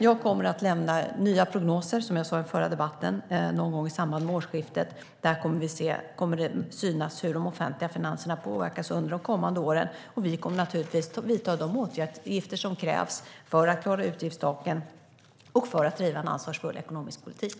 Jag kommer, som jag sa i den förra debatten, att lämna nya prognoser någon gång i samband med årsskiftet. Där kommer det att synas hur de offentliga finanserna påverkas under de kommande åren. Vi kommer naturligtvis att vidta de åtgärder som krävs för att klara utgiftstaken och för att föra en ansvarsfull ekonomisk politik.